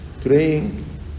praying